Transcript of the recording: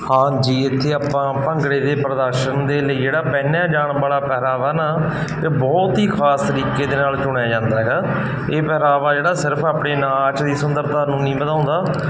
ਹਾਂਜੀ ਇੱਥੇ ਆਪਾਂ ਭੰਗੜੇ ਦੇ ਪ੍ਰਦਰਸ਼ਨ ਦੇ ਲਈ ਜਿਹੜਾ ਪਹਿਨਿਆ ਜਾਣ ਵਾਲਾ ਪਹਿਰਾਵਾ ਨਾ ਇਹ ਬਹੁਤ ਹੀ ਖਾਸ ਤਰੀਕੇ ਦੇ ਨਾਲ ਚੁਣਿਆ ਜਾਂਦਾ ਹੈਗਾ ਇਹ ਪਹਿਰਾਵਾ ਜਿਹੜਾ ਸਿਰਫ ਆਪਣੇ ਨਾਚ ਦੀ ਸੁੰਦਰਤਾ ਨੂੰ ਨਹੀਂ ਵਧਾਉਂਦਾ